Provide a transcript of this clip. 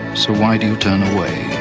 so why d'you turn away?